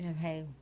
Okay